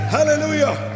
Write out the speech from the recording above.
Hallelujah